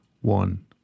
one